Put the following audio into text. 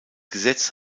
gesetz